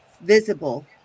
visible